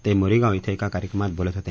ते मोरीगाव श्विं एका कार्यक्रमात बोलत होते